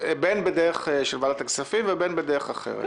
בכנסת ישראל בין דרך ועדת הכספים ובין בדרך אחרת.